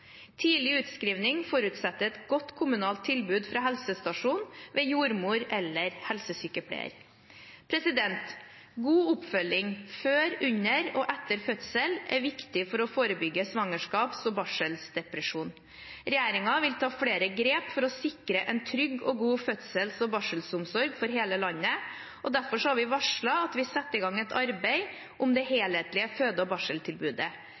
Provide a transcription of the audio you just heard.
Tidlig utskrivning forutsetter et godt kommunalt tilbud fra helsestasjonen ved jordmor eller helsesykepleier. God oppfølging før, under og etter fødsel er viktig for å forebygge svangerskaps og barseldepresjon. Regjeringen vil ta flere grep for å sikre en trygg og god fødsels og barselomsorg over hele landet. Derfor har vi varslet at vi skal sette i gang et arbeid om det helhetlige føde og barseltilbudet.